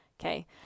okay